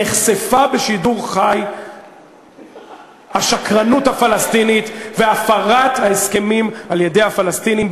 נחשפה בשידור חי השקרנות הפלסטינית והפרת ההסכמים על-ידי הפלסטינים.